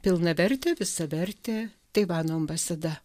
pilnavertė visavertė taivano ambasada